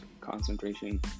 concentration